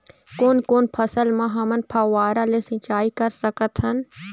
कोन कोन फसल म हमन फव्वारा ले सिचाई कर सकत हन?